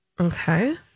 Okay